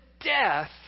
death